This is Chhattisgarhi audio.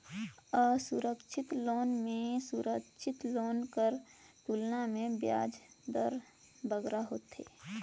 असुरक्छित लोन में सुरक्छित लोन कर तुलना में बियाज दर बगरा होथे